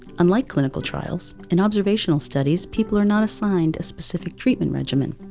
unlike clinical trials, in observational studies people are not assigned a specific treatment regimen.